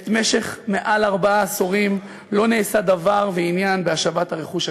עת במשך מעל ארבעה עשורים לא נעשה דבר בעניין השבת הרכוש הגזול.